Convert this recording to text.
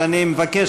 אבל אני מבקש,